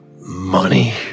Money